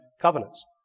covenants